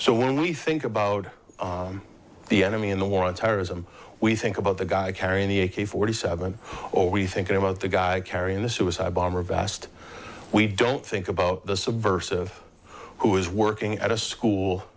so when we think about the enemy in the war on terrorism we think about the guy carrying the a k forty seven or we think about the guy carrying the suicide bomber vast we don't think about the subversive who is working at a school